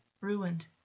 ruined